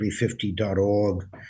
350.org